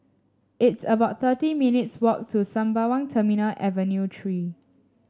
it's about thirty minutes' walk to Sembawang Terminal Avenue Three